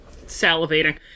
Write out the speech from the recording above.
salivating